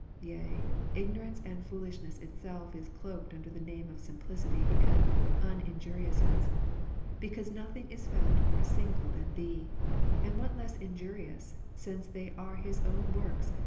yea, ignorance and foolishness itself is cloked under the name of simplicity and uninjuriousness because nothing is found more single than thee and what less injurious, since they are his own works,